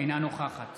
אינה נוכחת